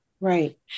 Right